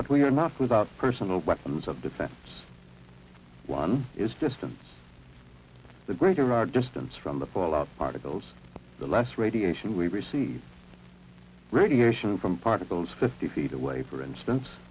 but we are not without personal weapons of defense one is distance the greater our distance from the fallout particles the less radiation we receive radiation from particles fifty feet away for instance